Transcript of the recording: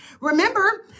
Remember